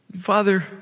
Father